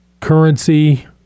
currency